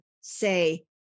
say